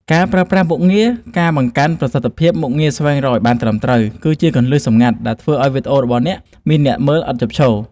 ការប្រើប្រាស់ មុខងារការបង្កើនប្រសិទ្ធភាពមុខងារស្វែងរកឱ្យបានត្រឹមត្រូវ គឺជាគន្លឹះសម្ងាត់ដែលធ្វើឱ្យវីដេអូរបស់អ្នកមានអ្នកមើលឥតឈប់ឈរ។